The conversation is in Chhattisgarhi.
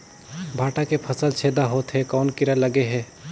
भांटा के फल छेदा होत हे कौन कीरा लगे हे?